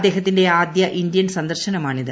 അദ്ദേഹത്തിന്റെ ആദ്യ ഇന്ത്യൻ സന്ദർശനമാണിത്